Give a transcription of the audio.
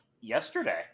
yesterday